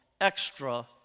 extra